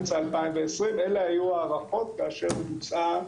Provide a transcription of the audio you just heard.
אמצע 2020. אלה היו ההערכות כאשר בוצעה